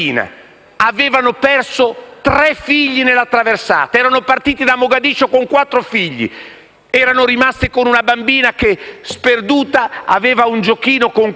avevano perso tre figli nella traversata. Erano partiti da Mogadiscio con quattro figli ed erano rimasti con una bambina che, sperduta, aveva un giochino con cui